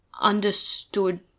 understood